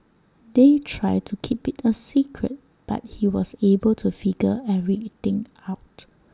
they tried to keep IT A secret but he was able to figure everything out